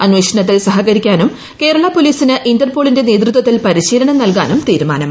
അനേഷണത്തിൽ സഹകരിക്കാനും കേരള പോലീസിന് ഇന്റർപോളിന്റെ നേതൃത്വത്തിൽ പരിശീലനം നൽകാനും തീരുമാനമായി